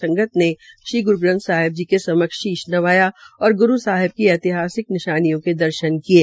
संगत ने श्री ग्रू ग्रंथ साहिब जीके समक्ष शीश नवाया और ग्र साहेब की ऐतिहासिक निशानियों के दर्शन किये